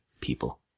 people